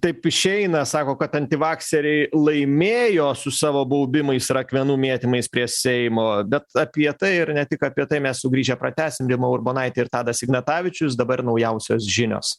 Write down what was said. taip išeina sako kad antivakseriai laimėjo su savo baubimais ir akmenų mėtymais prie seimo bet apie tai ir ne tik apie tai mes sugrįžę pratęsim rima urbonaitė ir tadas ignatavičius dabar naujausios žinios